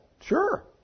Sure